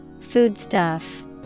Foodstuff